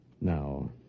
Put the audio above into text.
Now